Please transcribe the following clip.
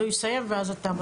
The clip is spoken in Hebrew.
אז הוא יסיים ואז אתה,